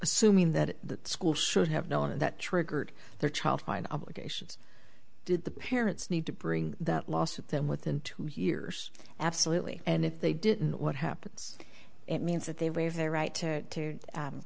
assuming that the school should have known that triggered their child find obligations did the parents need to bring the lawsuit them within two years absolutely and if they did what happens it means that they